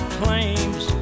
claims